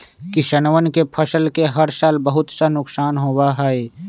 किसनवन के फसल के हर साल बहुत सा नुकसान होबा हई